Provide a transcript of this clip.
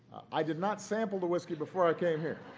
i did not sample the whiskey before i came here.